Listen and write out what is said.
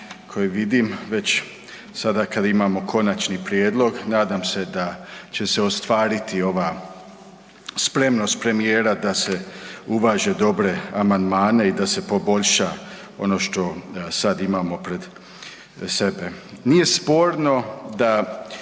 koje vidim već sada kad imamo konačni prijedlog, nadam se da će se ostvariti ova spremnost premijera da se uvaže dobre amandmane i da se poboljša ono što sad imamo pred sebe. Nije sporno da